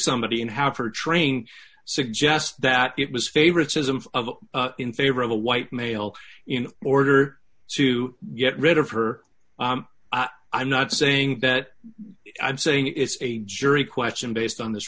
somebody in half or train suggests that it was favoritism of in favor of a white male in order to get rid of her i'm not saying that i'm saying it's a jury question based on this